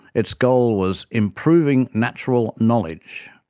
its goal was improving natural knowledge.